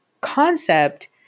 concept